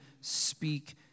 speak